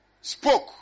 spoke